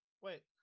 wait